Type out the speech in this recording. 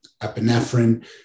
epinephrine